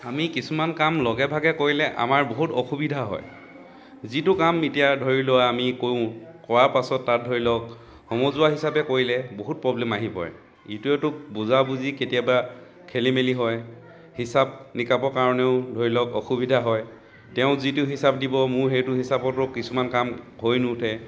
আমি কিছুমান কাম লগে ভাগে কৰিলে আমাৰ বহুত অসুবিধা হয় যিটো কাম এতিয়া ধৰি লোৱা আমি কৰোঁ কৰাৰ পাছত তাত ধৰি লওক সমজুৱা হিচাপে কৰিলে বহুত প্ৰব্লেম আহি পৰে ইটো সিটো বুজা বুজি কেতিয়াবা খেলি মেলি হয় হিচাপ নিকাবৰ কাৰণেও ধৰি লওক অসুবিধা হয় তেওঁ যিটো হিচাপ দিব মই সেইটো হিচাপতো কিছুমান কাম হৈ নুঠে